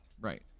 right